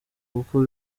kuko